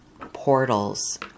portals